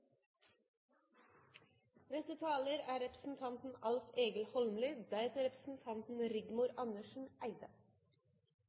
Neste taler er representanten